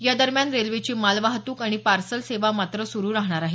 या दरम्यान रेल्वेची मालवाहतूक आणि पार्सल सेवा मात्र सुरू राहणार आहे